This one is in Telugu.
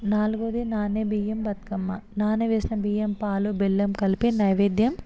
నాలుగవది నానే బియ్యం బతుకమ్మ నానవేసిన బియ్యం పాలు బెల్లం కలిపి నైవేద్యం